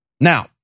Now